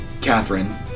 Catherine